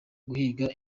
guhiga